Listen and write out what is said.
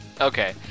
Okay